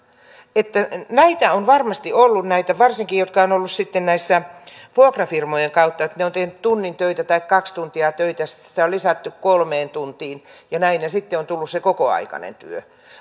on varmasti ollut varsinkin näitä jotka ovat olleet vuokrafirmojen kautta ovat tehneet tunnin tai kaksi tuntia töitä sitten sitä on lisätty kolmeen tuntiin ja näin ja sitten on tullut se kokoaikainen työ